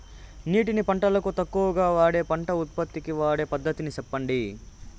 నీటిని పంటలకు తక్కువగా వాడే పంట ఉత్పత్తికి వాడే పద్ధతిని సెప్పండి?